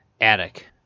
attic